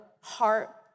heart